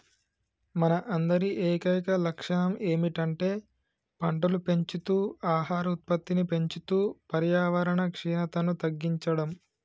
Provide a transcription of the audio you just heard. మన అందరి ఏకైక లక్షణం ఏమిటంటే పంటలు పెంచుతూ ఆహార ఉత్పత్తిని పెంచుతూ పర్యావరణ క్షీణతను తగ్గించడం